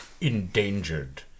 endangered